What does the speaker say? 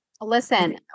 Listen